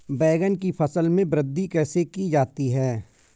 बैंगन की फसल में वृद्धि कैसे की जाती है?